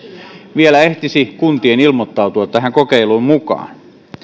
vielä ehtisi kuntia ilmoittautua tähän kokeiluun mukaan